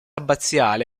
abbaziale